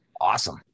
Awesome